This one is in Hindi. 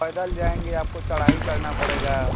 पैदल जाएँगे आपको चढ़ाई चढ़ना पड़ेगा